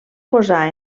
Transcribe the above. posar